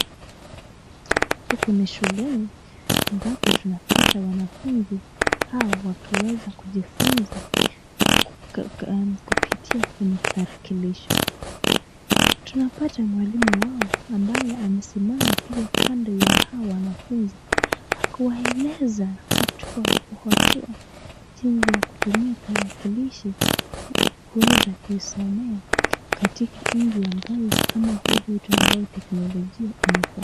Huku ni shuleni amabpo tunaweza kupata wanafunzi hawa wakijifunza kupitia kwenye tarakilishi, tunapata mwalimu wao ambaye amesimama pia kando ya hao wanafunzi akiwaeleza hatua kwa hatua jinsi ya kutumia tarakilishi ili kuweza kuisomea katika teknologia imefanya.